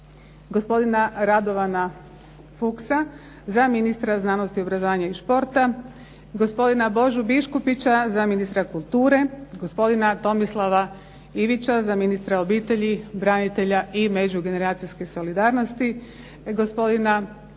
Gospodina RADOVANA FUCHSA za ministra znanosti, obrazovanja i športa, Gospodina BOŽU BIŠKUPIĆA za ministra kulture, Gospodina TOMISLAVA IVIĆA za ministra obitelji, branitelja i međugeneracijske solidarnosti, Gospodina DAMIRA